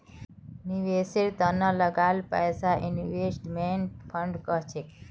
निवेशेर त न लगाल पैसाक इन्वेस्टमेंट फण्ड कह छेक